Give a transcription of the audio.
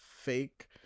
fake